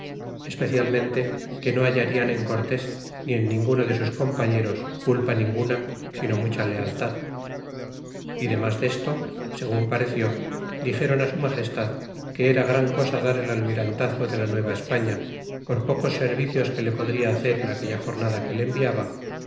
ecialmente que no hallarian en cortés ni en ninguno de sus compañeros culpa ninguna sino mucha lealtad y demos desto segun pareció dixéron su magestad que era gran cosa dar el almirantazgo de la nueva españa por pocos servicios que le podria hacer en aquella jornada que le enviaba